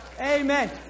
Amen